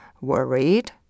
worried